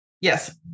Yes